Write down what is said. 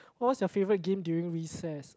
what's your favourite game during recess